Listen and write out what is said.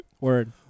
Word